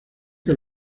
que